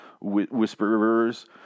whisperers